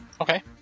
Okay